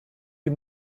you